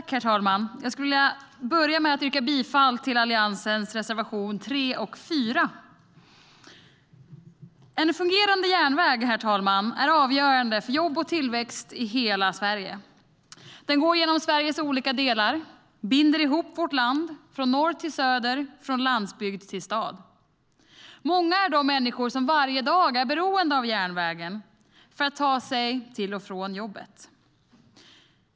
Herr talman! Jag skulle vilja börja med att yrka bifall till Alliansens reservation 3 och 4. En fungerande järnväg, herr talman, är avgörande för jobb och tillväxt i hela Sverige. Den går genom Sveriges olika delar och binder ihop vårt land från norr till söder och från landsbygd till stad. Många är de människor som varje dag är beroende av järnvägen för att ta sig till och från jobbet.